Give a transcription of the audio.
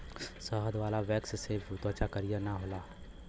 शहद वाला वैक्स से त्वचा करिया ना होला